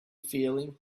feeling